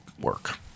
work